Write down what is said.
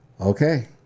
Okay